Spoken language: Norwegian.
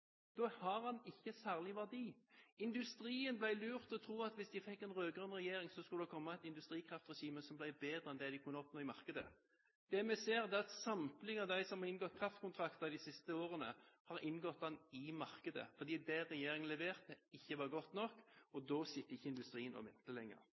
Da har den ikke særlig verdi. Industrien ble lurt til å tro at hvis man fikk en rød-grønn regjering, skulle det komme et industrikraftregime som ble bedre enn det de kunne oppnå i markedet. Det vi ser, er at samtlige av dem som har inngått kraftkontrakter de siste årene, har inngått dem i markedet, fordi det regjeringen leverte, ikke var godt nok. Da sitter ikke industrien og